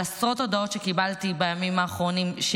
על עשרות הודעות שקיבלתי בימים האחרונים לקראת החוק הזה,